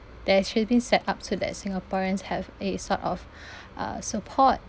there should be set up so that singaporeans have a sort of uh support